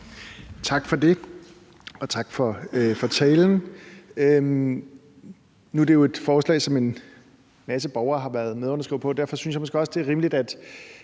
Tak for det, og tak for talen. Nu er det jo et forslag, som en masse borgere har været medunderskrivere på, og derfor synes jeg måske også, det er rimeligt, at